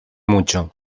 mucho